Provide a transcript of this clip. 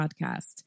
Podcast